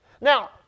Now